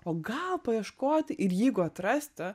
o gal paieškoti ir jeigu atrasti